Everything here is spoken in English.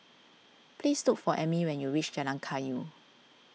please look for Ammie when you reach Jalan Kayu